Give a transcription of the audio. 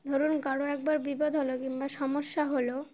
ধরুন কারো একবার বিপদ হলো কিংবা সমস্যা হলো